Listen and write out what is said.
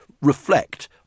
reflect